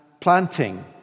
planting